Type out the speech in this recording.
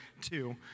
two